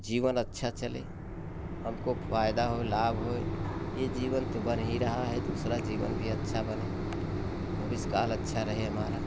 जीवन अच्छा चले हमको फायदा हो लाभ होय ये जीवन तो बन ही रहा है दूसरा जीवन भी अच्छा बने भविष्य काल अच्छा रहे हमारा